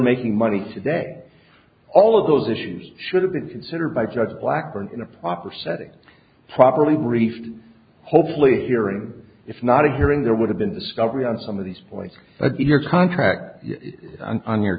making money today all of those issues should have been considered by judge blackburn in a proper setting properly briefed hopefully hearing if not a hearing there would have been discovery on some of these points but your contract on your